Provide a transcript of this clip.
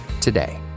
today